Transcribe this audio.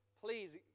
please